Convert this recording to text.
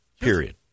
Period